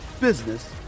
business